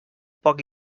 poc